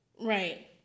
Right